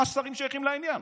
מה השרים שייכים לעניין?